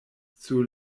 sur